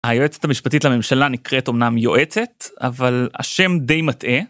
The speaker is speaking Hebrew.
היועצת המשפטית לממשלה נקראת אמנם יועצת אבל השם די מטעה.